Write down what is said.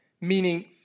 meaning